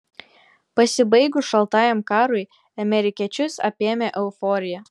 pasibaigus šaltajam karui amerikiečius apėmė euforija